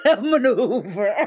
Maneuver